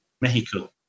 Mexico